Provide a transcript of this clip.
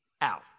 out